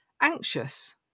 anxious